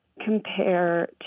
compare